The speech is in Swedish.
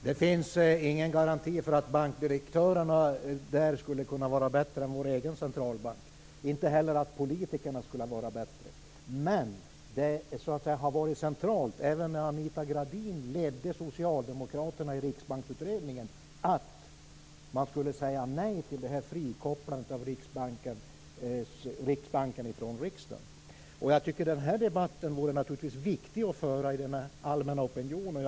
Herr talman! Det finns ingen garanti för att bankdirektörerna där skulle vara bättre än vår egen centralbank, och inte heller att politikerna skulle vara bättre. Det har varit centralt, även när Anita Gradin ledde Riksbanksutredningen, att man skulle säga nej till frikopplandet av Riksbanken från riksdagen. Den debatten är naturligtvis viktig att föra i den allmänna opinionen.